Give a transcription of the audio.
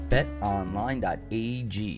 BetOnline.ag